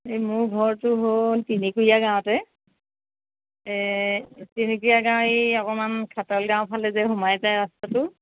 এই মোৰ ঘৰটো হ'ল তিনিকুৰীয়া গাঁৱতে এই তিনিকুৰীয়া গাঁৱৰ এই অকণমান খাতল গাঁওৰ ফালে সোমাই যায় যে ৰাস্তাটো